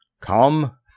Come